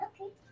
Okay